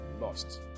lost